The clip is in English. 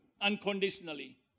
unconditionally